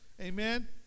Amen